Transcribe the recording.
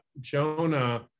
Jonah